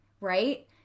right